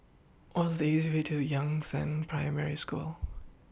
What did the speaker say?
What's The easiest Way to Yangzheng Primary School